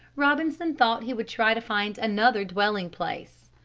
robinson thought he would try to find another dwelling place.